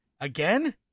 Again